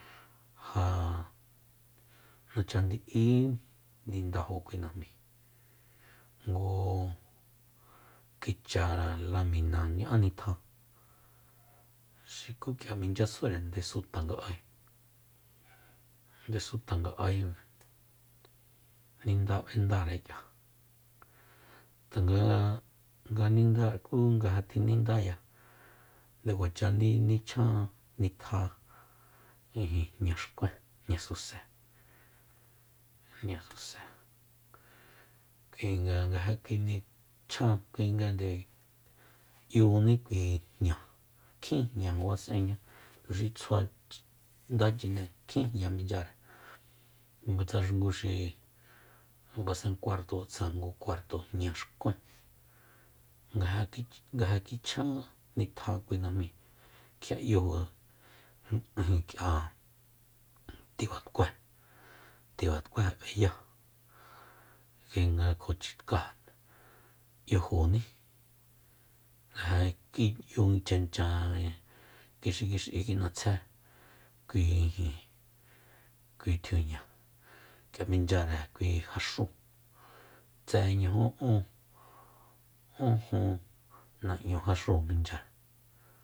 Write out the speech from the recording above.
Ja nachandi'í nindajo kui najmi ngu kicha lamina ña'a nitja xi ku k'ia minchyasunre ndesu tanga'ae ndesu tanga'ae ninda b'endare k'ia tanga nga ninda ku nga ja tjinindaya nde kuacha ni- nichjan nitja ijin jña xkuen jñasuse- jñasuse kuinga nga ja kinichjan kuinga nde 'yuni kui jña kjin jña kuas'eña tuxi tsjua ch' nda chine kjin jña minchyare tsa nguxi basen kuarto tsa ngu kuarto jña xkuen nga ja kich nga ja kichjan kui najmi kjia 'yuju ijin k'ia tibat'kue tiba t'kue b'eya kuinga kjo chitkáa 'yujuni ja ki'yu chanchan kixikixi kin'atsjé kui ijin tjiuña k'ia minchyare kui jax'uu tsa nuju ún-ún jun na'ñu jaxúu minchyare